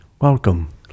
welcome